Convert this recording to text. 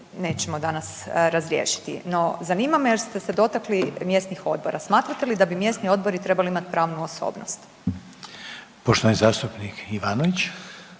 nećemo danas razriješiti. No zanima me jer ste se dotakli mjesnih odbora, smatrate li da bi mjesni odbori trebali imati pravnu osobnost? **Reiner,